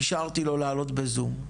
אישרתי לו לעלות בזום.